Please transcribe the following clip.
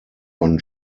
von